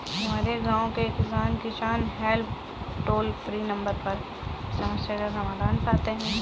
हमारे गांव के किसान, किसान हेल्प टोल फ्री नंबर पर समस्या का समाधान पाते हैं